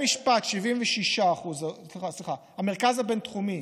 במרכז הבין-תחומי,